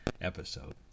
episode